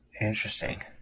Interesting